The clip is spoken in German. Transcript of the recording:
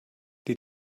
die